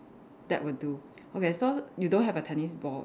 that would do okay so you don't have a tennis ball